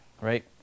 right